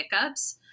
hiccups